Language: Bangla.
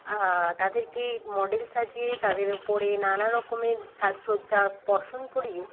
তাদেরকে মডেল সাজিয়ে তাদের উপরে নানারকমের সাজসজ্জা পোশাক পরিয়ে